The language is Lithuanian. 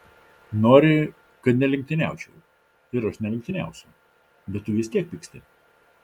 nori kad nelenktyniaučiau ir aš nelenktyniausiu bet tu vis tiek pyksti